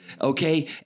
okay